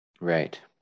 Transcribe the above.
Right